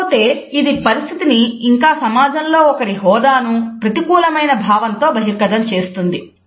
కాకపోతే ఇది పరిస్థితిని ఇంకా సమాజంలో ఒకరి హోదాను ప్రతికూలమైన భావనలో బహిర్గతం చేస్తుంది